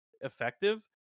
effective